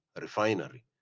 refinery